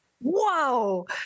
Whoa